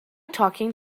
talking